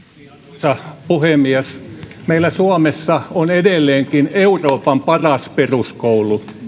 arvoisa puhemies meillä suomessa on edelleenkin euroopan paras peruskoulu